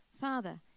father